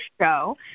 show